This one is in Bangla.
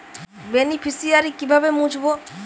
বেনিফিসিয়ারি কিভাবে মুছব?